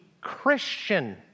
Christian